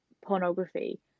pornography